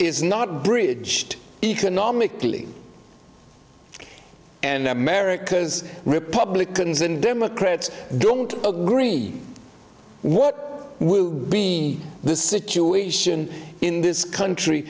is not bridge economically and america's republicans and democrats don't agree what will be the situation in this country